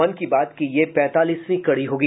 मन की बात की यह पैंतालीसवीं कड़ी होगी